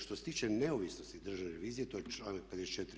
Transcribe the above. Što se tiče neovisnosti Državne revizije to je članak 54.